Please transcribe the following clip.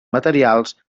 materials